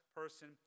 person